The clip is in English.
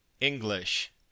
english